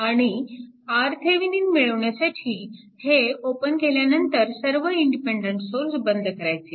आणि RThevenin मिळवण्यासाठी हे ओपन केल्यानंतर सर्व इंडिपेन्डन्ट सोर्स बंद करायचे